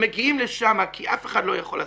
ומגיעים לשם כי אף אחד לא יכול לעשות.